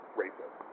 racist